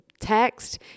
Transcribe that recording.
text